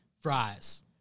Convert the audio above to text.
fries